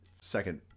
second